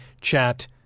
chat